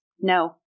No